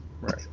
Right